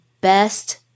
best